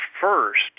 first